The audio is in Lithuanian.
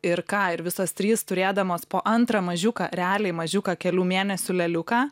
ir ką ir visos trys turėdamos po antrą mažiuką reliai mažiuką kelių mėnesių leliuką